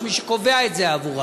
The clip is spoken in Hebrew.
יש מי שקובע את זה עבורה.